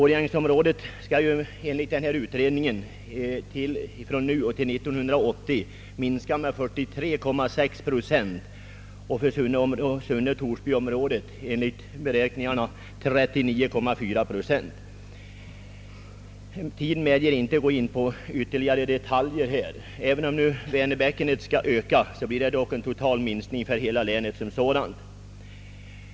Årjängsområdet skulle enligt utredningen från nu och fram till 1980 beräknas gå tillbaka med 43,6 procent och Sunne Torsby-området med 39,4 procent av befolkningsunderlaget. även om vänerbäckenet beräknas öka blir det totalt en minskning för hela Värmlands län.